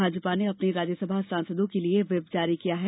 भाजपा ने अपने राज्यसभा सांसदों के लिए व्हिप जारी किया है